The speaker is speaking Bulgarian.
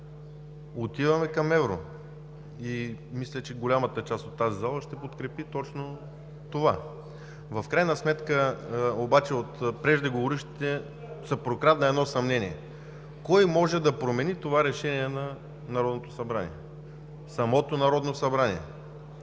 отиваме към евро! Мисля, че голямата част от тази зала ще подкрепи точно това. В крайна сметка от преждеговорившите се прокрадна едно съмнение – кой може да промени това решение на Народното събрание? Самото Народно събрание!